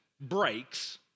breaks